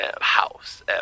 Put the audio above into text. house